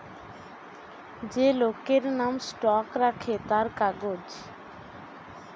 যে লোকের নাম স্টক রাখে তার কাগজ